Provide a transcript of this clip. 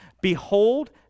behold